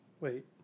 Wait